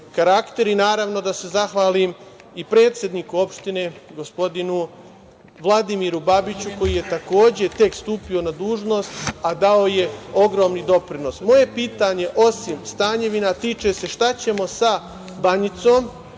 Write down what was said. i naravno da se zahvalim i predsedniku opštine gospodinu Vladimiru Babiću koji je takođe tek stupio na dužnost, a dao je ogroman doprinos. Moje pitanje, osim Stanjevina, tiče se toga šta ćemo sa Banjicom.